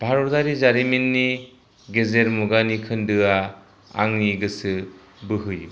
भारतारि जारिमिननि गेजेर मुगानि खोन्दोआ आंनि गोसो बोहोयो